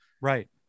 Right